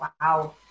wow